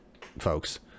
folks